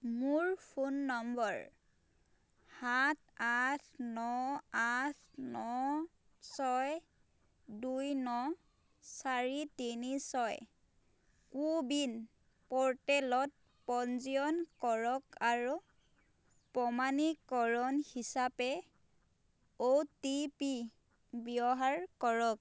মোৰ phone number সাত আঠ ন আঠ ন ছয় দুই ন চাৰি তিনি ছয় কো ৱিন প'ৰ্টেলত পঞ্জীয়ন কৰক আৰু প্ৰমাণীকৰণ হিচাপে অ' টি পি ব্যৱহাৰ কৰক